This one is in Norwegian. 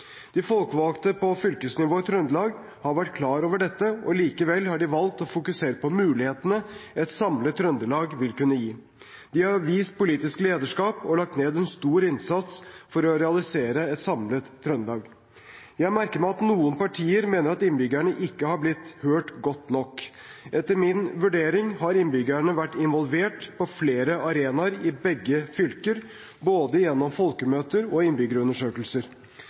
De folkevalgte på fylkesnivå i Trøndelag har vært klar over dette. Likevel har de valgt å fokusere på mulighetene et samlet Trøndelag vil kunne gi. De har vist politisk lederskap og lagt ned en stor innsats for å realisere et samlet Trøndelag. Jeg merker meg at noen partier mener at innbyggerne ikke har blitt hørt godt nok. Etter min vurdering har innbyggerne vært involvert på flere arenaer i begge fylker, både gjennom folkemøter og innbyggerundersøkelser.